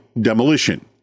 demolition